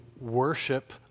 worship